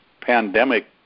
pandemic